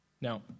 Now